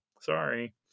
Sorry